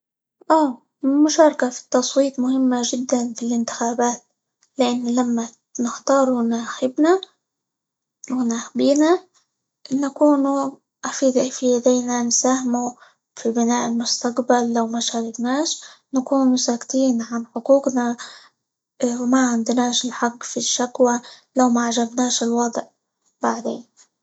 اه المشاركة في التصويت مهمة جدًا في الإنتخابات؛ لأن لما نختار -مناخبنا- مناخبينا، نكونوا -آخذ- في يدينا نساهموا في بناء المستقبل، لو ما شاركناش نكونوا ساكتين عن حقوقنا، ما عندناش الحق في الشكوى، لو ما عجبناش الوضع بعدين.